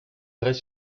vrais